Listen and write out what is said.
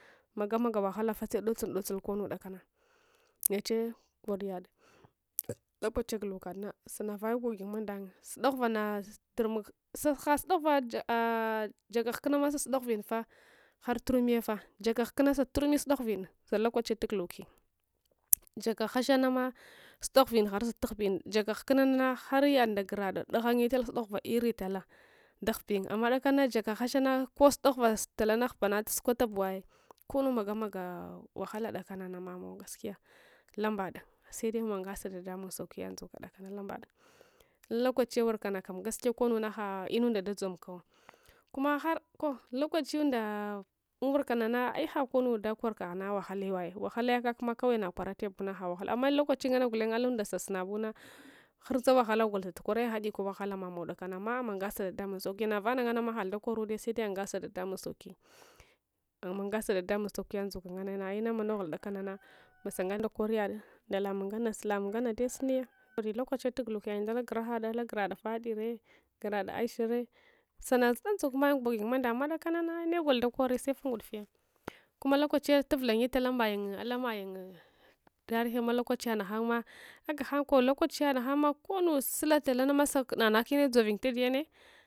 Magamagi wahalafa sedolsun dotsul konnu kugakana niche koryada lokachiya gulukadana sanavaye moguyun mandangye sudaghuv ana durmuk sahaha sudoghv jakhulcunama sasudaghuvin fah harturyumiye fa jaka huksuna saturmi sudaghuvin salokachiya tagulukyun jaks hukuna saturmi sudaghuvin salokachiya tagulukyun jaka hashanama sudaghuvin harsatahubin jaka hukunana haryad ndagurad d’ahagyetal sudaghuva intalada ghubinamma dakanana jakashahans ko sudaghuva sud talana sukwatabu ai konnu magamaga wahala kudakanana mamow gaskiya lambada sede mungasa dadamun saukiys ndzuka dakanana lambada unlokachiya wuvka gaskiya konuna ha’nunda dadzomkau kuma har kwau lokachi wunda unwurkanana ai hakonu dakor wahalaiwa wehalaya kakma krawai nakwarataya buna hawahalu amma unlokachiya nganna gulengna alunds sasunabuna hurza wahala gol satukor eh’ aghakwa wahala mamauw kudakana amma amungasa dadamun sauki navana nganama haldalsorude sede ungasa dadamun sauki amungasa dadamun saukiya ndzuk nganne na inama noghul dakanana masungana kuryad nda kamung ngana lamung ngana dai suniya kor lokachiya tuguluk yayun ndala gurajurad fadire gurada alshare sanctu ndzok mayun gogmandang amma kudakanana negot da kori sefa ngudufeys kuma lokachiyah vulanyeta lamayun alamayung tarihi lokachiya nahanma agahan kor lokachiya nahamma konu sele talana nanughaka inadzovuyun tadiyane